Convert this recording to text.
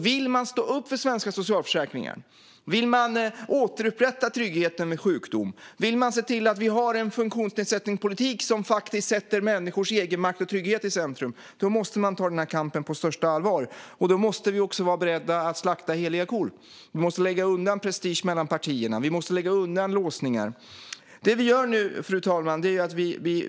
Vill man stå upp för svenska socialförsäkringar, vill man återupprätta tryggheten vid sjukdom, vill man se till att vi har en funktionsnedsättningspolitik som sätter människors egenmakt och trygghet i centrum måste man ta den här kampen på största allvar. Då måste vi också vara beredda att slakta heliga kor. Vi måste lägga undan prestige mellan partierna och göra oss av med låsningar. Fru talman!